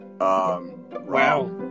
Wow